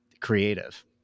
creative